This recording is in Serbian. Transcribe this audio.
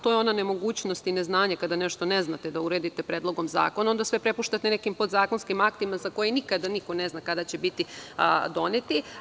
To je ona nemogućnost i neznanje, kada nešto ne znate da uredite predlogom zakona i onda sve prepuštate nekim podzakonskim aktima za koje nikada niko ne zna kada će biti doneti.